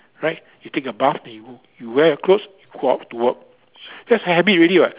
right you take a bath and you you wear your clothes go out to work that's a habit already what